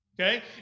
okay